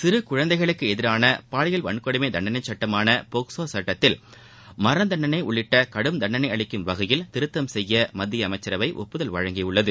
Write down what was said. சிறு குழந்தைகளுக்கு எதிரான பாலியல் வன்கொடுமை தண்டனை சுட்டமான போக்சோ சுட்டத்தில் மரண தண்டனை உள்ளிட்ட கடும் தண்டனை அளிக்கும் வகையில் திருத்தம் செய்ய மத்திய அமைச்சரவை ஒப்புதல் அளித்துள்ளது